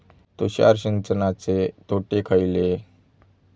तुषार सिंचनाचे तोटे खयले?